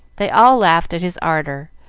they all laughed at his ardor,